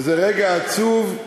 וזה רגע עצוב,